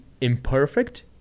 imperfect